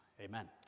Amen